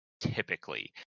typically